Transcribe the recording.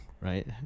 Right